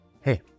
Hey